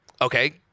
okay